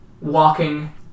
walking